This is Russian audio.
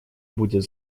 будет